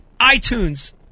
iTunes